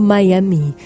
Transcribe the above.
Miami